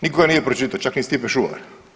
Nitko ga nije pročitao, čak ni Stipe Šuvar.